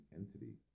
entity